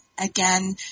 Again